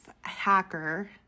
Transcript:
hacker